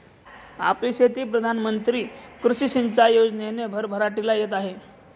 आपली शेती प्रधान मंत्री कृषी सिंचाई योजनेने भरभराटीला येत आहे